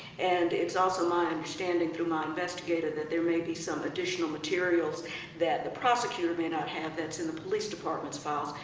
and it's also my understanding through my investigator that there may be some additional materials that the prosecutor may not have that's in the police department's files,